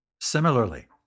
Similarly